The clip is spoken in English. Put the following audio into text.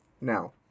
Now